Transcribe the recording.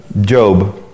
Job